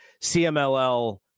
CMLL